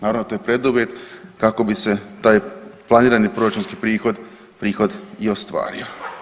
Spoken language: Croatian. Naravno to je preduvjet kako bi se taj planirani proračunski prihod i ostvario.